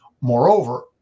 Moreover